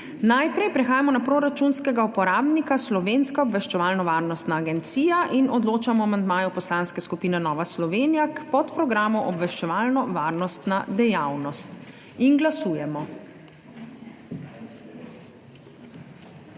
Najprej prehajamo na proračunskega uporabnika Slovenska obveščevalno-varnostna agencija in odločamo o amandmaju Poslanske skupine Nova Slovenija k podprogramu Obveščevalno-varnostna dejavnost. Glasujemo.